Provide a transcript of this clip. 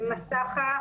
במסאחה,